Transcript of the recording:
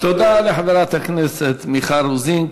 תודה לחברת הכנסת מיכל רוזין.